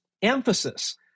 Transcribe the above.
emphasis